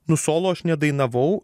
nu solo aš nedainavau